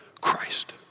Christ